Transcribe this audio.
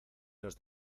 nos